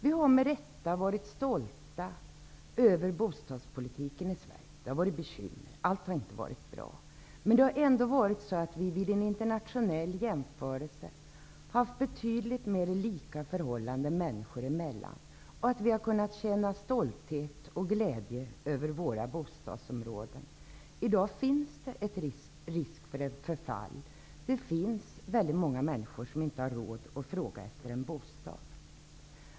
Vi har med rätta varit stolta över bostadspolitiken i Sverige. Det har förvisso funnits bekymmer, och allt har inte varit bra. Men vid en internationell jämförelse har vi haft betydligt mera likvärdiga förhållanden männsikor emellan. Vi har kunnat känna stolthet och glädje över våra bostadsområden. I dag finns det en risk för förfall. Det finns väldigt många människor som inte har råd att fråga efter bostad.